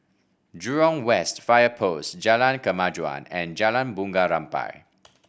Jurong West Fire Post Jalan Kemajuan and Jalan Bunga Rampai